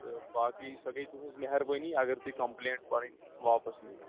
تہٕ باقٕے سۄ گٔیے تُہٕنٛز مہربٲنی اگر تُہۍ کَمپٕلینٛٹ پَنٕنۍ واپَس نِیِو